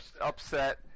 upset